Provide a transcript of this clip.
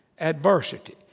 Adversity